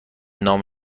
نام